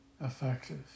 effective